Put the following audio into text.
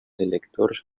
electors